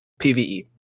PvE